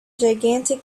gigantic